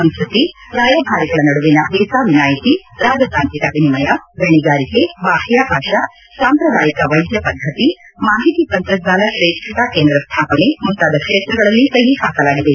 ಸಂಸ್ಟತಿ ರಾಯಭಾರಿಗಳ ನಡುವಿನ ವೀಸಾ ವಿನಾಯಿತಿ ರಾಜತಾಂತ್ರಿಕ ವಿನಿಮಯ ಗಣಿಗಾರಿಕೆ ಬಾಹ್ಯಾಕಾಶ ಸಾಂಪ್ರದಾಯಿಕ ವೈದ್ಯಪದ್ಧತಿ ಮಾಹಿತಿ ತಂತ್ರಜ್ಞಾನ ಶ್ರೇಷ್ಠತಾ ಕೇಂದ್ರ ಸ್ನಾಪನೆ ಮುಂತಾದ ಕ್ಷೇತ್ರಗಳಲ್ಲಿ ಸಹಿ ಹಾಕಲಾಗಿದೆ